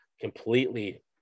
completely